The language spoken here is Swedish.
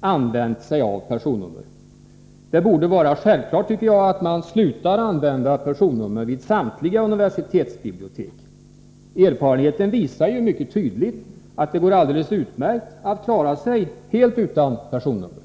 använt sig av personnummer. Det borde vara självklart att man slutar använda personnummer vid samtliga universitetsbibliotek. Erfarenheten visar ju mycket tydligt att det går alldeles utmärkt att klara sig helt utan personnummer.